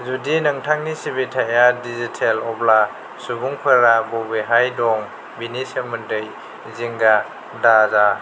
जुदि नोंथांनि सिबिथाइआ डिजिटेल अब्ला सुबुंफोरा बबेहाय दं बेनि सोमोन्दै जिंगा दाजा